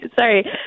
sorry